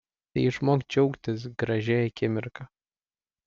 tai išmok džiaugtis gražia akimirka